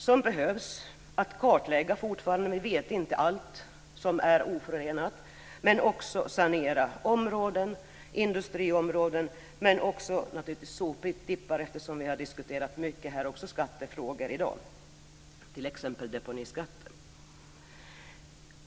Det är en summa som fortfarande behövs för kartläggning - vi vet inte allt som är förorenat - men också för att sanera områden, industriområden och naturligtvis också soptippar eftersom vi här i dag mycket har diskuterat skattefrågor, t.ex. deponiskatten.